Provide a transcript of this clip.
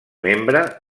membre